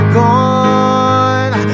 gone